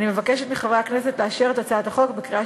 אני מבקשת מחברי הכנסת לאשר את הצעת החוק בקריאה